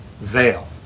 veil